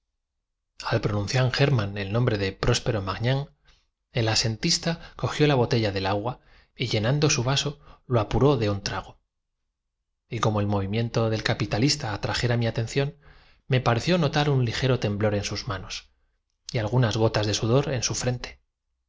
al pronunciar hermann el nombre de próspero magnán el asen vo el gran hospital del ejército galoholandés y de la división de au tista cogió la botella del agua y llenando su vaso lo apuró de un trago gereau se hallaba establecido en el palacio del elector los subayudan y como el movimiento del capitalista atrajera mi atención me pareció dantes recién nombrados habían pues ido allá para visitar a sus com notar ligero temblor un en sus manos y algunas gotas de sudor en